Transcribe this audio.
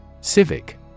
Civic